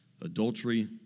Adultery